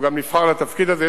הוא גם נבחר לתפקיד הזה,